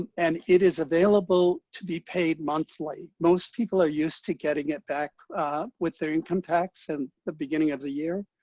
and and it is available to be paid monthly. most people are used to getting it back with their income tax at and the beginning of the year.